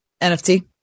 NFT